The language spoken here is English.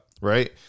right